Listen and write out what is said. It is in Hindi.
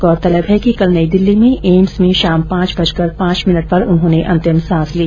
गोरतलब है कि कल नई दिल्ली में एम्स में शाम पांच बजकर पांच मिनट पर उन्होंने अंतिम सांस ली